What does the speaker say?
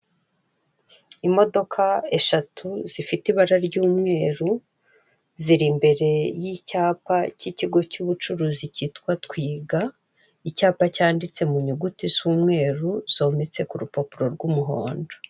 Imodoka eshatu zifite ibara ry'umweru ziri imbere y'icyapa cy'ikigo cy'ubucuruzi cyitwa Twiga, icyapa cyanditse mu nyuguti isa umweru zometse ku rupapuro rw'umuhondo.